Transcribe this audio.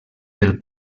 del